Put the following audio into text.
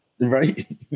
right